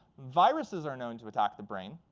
viruses are known to attack the brain.